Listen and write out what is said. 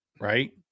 right